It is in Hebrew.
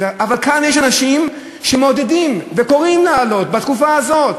אבל כאן יש אנשים שמעודדים וקוראים לעלות בתקופה הזאת.